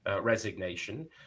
resignation